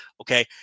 okay